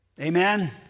Amen